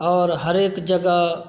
आओर हरेक जगह